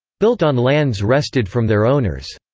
built on lands wrested from their owners.